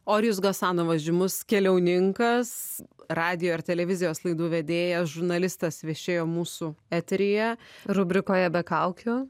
orijus gasanovas žymus keliauninkas radijo ir televizijos laidų vedėjas žurnalistas viešėjo mūsų eteryje rubrikoje be kaukių